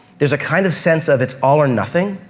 there's a kind of sense of it's all or nothing,